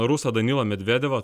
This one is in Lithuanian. rusą danilą medvedevą